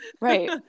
Right